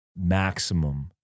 maximum